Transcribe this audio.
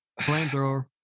Flamethrower